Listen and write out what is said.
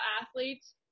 athletes